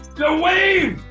the wave.